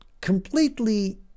completely